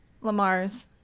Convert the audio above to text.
Lamar's